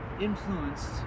influenced